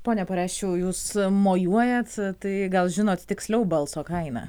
pone perašiau jūs mojuojat tai gal žinot tiksliau balso kainą